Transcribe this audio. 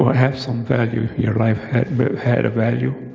have some value. your life had a value.